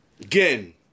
Again